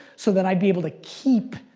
so that i'd be able to keep.